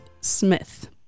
Smith